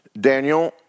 Daniel